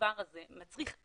שהדבר הזה מצריך,